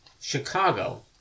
Chicago